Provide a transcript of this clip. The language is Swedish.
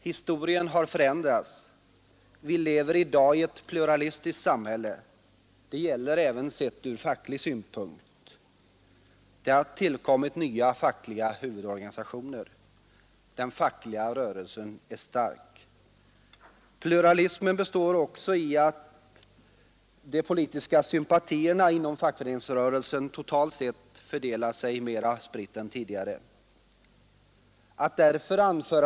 Historien har förändrats. Vi lever i dag i ett pluralistiskt samhälle. Det gäller även sett ur facklig synpunkt. Nya fackliga huvudorganisationer har tillkommit, och den fackliga rörelsen är stark. Pluralismen består också i att de politiska sympatierna inom fackföreningsrörelsen totalt sett fördelar sig mera spritt än tidigare.